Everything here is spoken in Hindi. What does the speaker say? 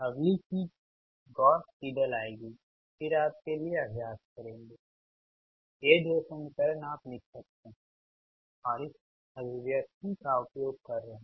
अगली चीज गॉस सिडल आएगी फिर आपके लिए अभ्यास करेंगे ये 2 समीकरण आप लिखते हैं और इस अभिव्यक्ति का उपयोग कर रहे हैं